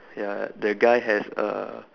ya the guy has a